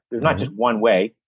there's not just one way,